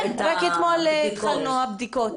כן, רק אתמול התחילו את הבדיקות.